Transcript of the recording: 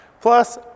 Plus